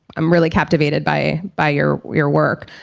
i'm really captivated by by your your work,